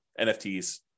NFTs